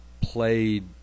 played